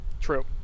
True